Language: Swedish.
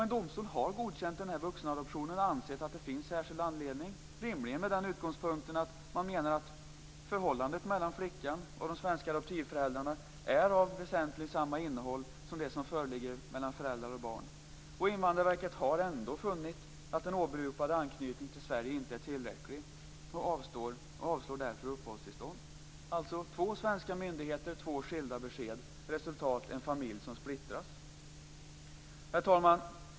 En domstol har godkänt vuxenadoptionen och ansett att det finns särskild anledning, rimligen med den utgångspunkten att man menar att förhållandet mellan flickan och de svenska adoptivföräldrarna är av väsentligen samma innehåll som det som föreligger mellan föräldrar och barn. Men Invandrarverket har ändå funnit att den åberopade anknytningen till Sverige inte är tillräcklig och avslår därför ansökan om uppehållstillstånd. Två svenska myndigheter, två skilda besked. Resultat: En familj som splittras. Herr talman!